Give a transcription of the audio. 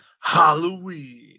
Halloween